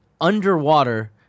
Underwater